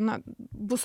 na bus